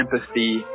empathy